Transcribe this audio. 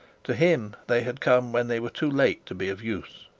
to him they had come when they were too late to be of use.